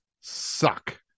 suck